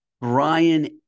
Brian